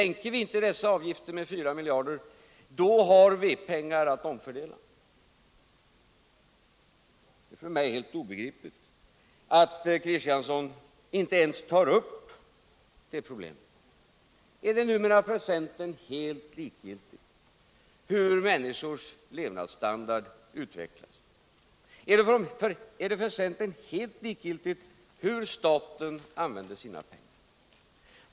Sänker vi inte dessa avgifter med 4 miljarder har vi pengar att omfördela. Det är för mig helt obegripligt att Axel Kristiansson inte ens tar upp det problemet. Är det numera för centern helt likgiltigt hur människors levnadsstandard utvecklas? Är det för centern helt likgiltigt hur staten använder sina pengar?